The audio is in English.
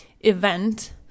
event